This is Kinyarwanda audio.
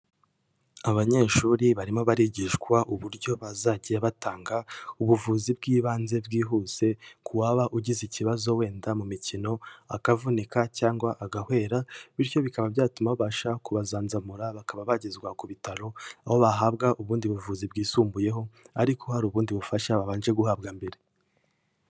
Abanyeshuri barimo barigishwa uburyo bazajya batanga ubuvuzi bw'ibanze bwihuse ku wababa ugize ikibazo wenda mu mikino akavunika cyangwa agahwera, bityo bikaba byatuma babasha kubazanzamura bakaba bagezwa ku bitaro, aho bahabwa ubundi buvuzi bwisumbuyeho ariko hari ubundi bufasha babanje guhabwa mbere.